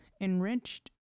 enriched